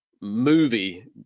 movie